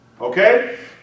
Okay